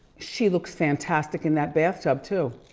she looks fantastic in that bathtub, too.